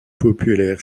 populaire